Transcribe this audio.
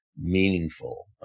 meaningful